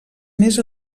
més